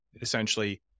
essentially